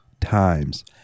times